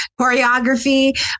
choreography